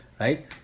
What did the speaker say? Right